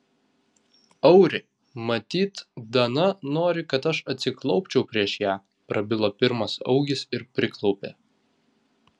auri matyt dana nori kad aš atsiklaupčiau prieš ją prabilo pirmas augis ir priklaupė